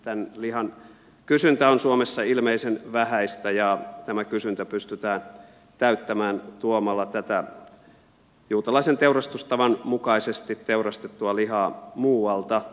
tämän lihan kysyntä on suomessa ilmeisen vähäistä ja tämä kysyntä pystytään täyttämään tuomalla tätä juutalaisen teurastustavan mukaisesti teurastettua lihaa muualta suomeen